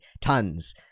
Tons